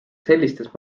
sellistes